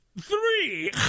three